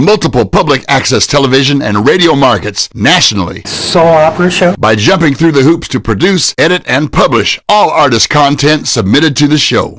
multiple public access television and radio markets nationally saw operation by jumping through the hoops to produce edit and publish all our this content submitted to the show